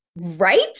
right